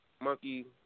monkey